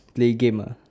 play game ah